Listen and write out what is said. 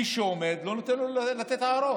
מי שעומד, לא לתת לו לתת הערות.